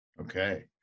Okay